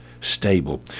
stable